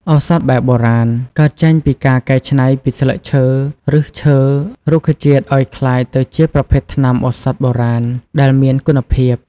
ឱសថបែបបុរាណ កើតចេញពីការកែច្នៃពីស្លឹកឈើ ឬសឈើរុក្ខជាតិឲ្យក្លាយទៅជាប្រភេទថ្នាំឱសថបុរាណដែលមានគុណភាព។